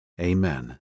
amen